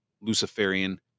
Luciferian